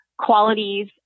Qualities